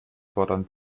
fordern